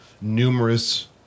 numerous